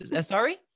Sorry